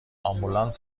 آمبولانس